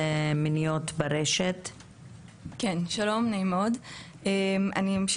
ואני אתחיל מציטוט של שתי בגירות שנפגעו בעולם המטה-ורס.